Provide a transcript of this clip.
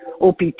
OPT